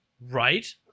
Right